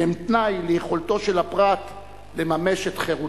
והם תנאי ליכולתו של הפרט לממש את חירותו.